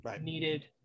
needed